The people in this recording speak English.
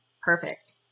perfect